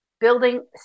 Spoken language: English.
building